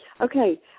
Okay